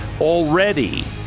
Already